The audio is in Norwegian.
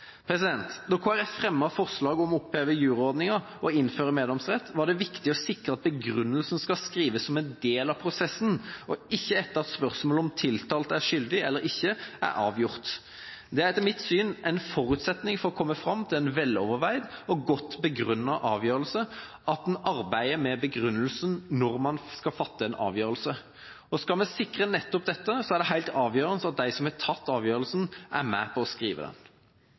fullstendige. Da Kristelig Folkeparti fremmet forslag om å oppheve juryordningen og innføre meddomsrett, var det viktig å sikre at begrunnelsen skal skrives som en del av prosessen og ikke etter at spørsmålet om tiltalte er skyldig eller ikke, er avgjort. Det er etter mitt syn en forutsetning for å komme fram til en veloverveid og godt begrunnet avgjørelse at man arbeider med begrunnelsen når man skal fatte en avgjørelse. Og skal vi sikre nettopp dette, er det helt avgjørende at de som har tatt avgjørelsen, er med på å skrive den.